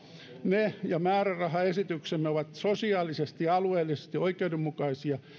ne ja määrärahaesityksemme ovat sosiaalisesti ja alueellisesti oikeudenmukaisia